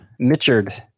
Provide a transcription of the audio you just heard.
Mitchard